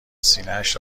سینهاش